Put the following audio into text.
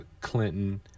Clinton